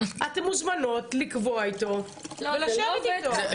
אתן מוזמנות לקבוע איתו ולשבת איתו.